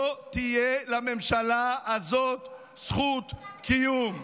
לא תהיה לממשלה הזאת זכות קיום.